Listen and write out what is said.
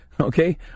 Okay